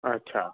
अच्छा